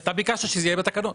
אבל אתה ביקשת שזה יהיה בתקנות.